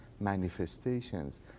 manifestations